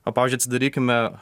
o pavyzdžiui atsidarykime